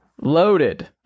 loaded